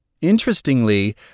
Interestingly